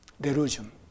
delusion